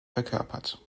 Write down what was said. verkörpert